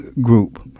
Group